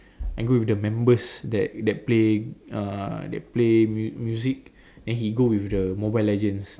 I go with the members that that play uh that play mu~ music then he go with the mobile legends